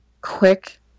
quick